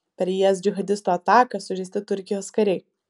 per is džihadistų ataką sužeisti turkijos kariai